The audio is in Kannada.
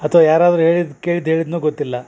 ಅಥ್ವ ಯಾರಾದರು ಹೇಳಿದ ಕೇಳಿದ ಹೇಳಿದ್ನೊ ಗೊತ್ತಿಲ್ಲ